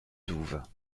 douves